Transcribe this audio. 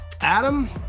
adam